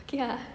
okay ah